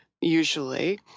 usually